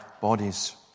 bodies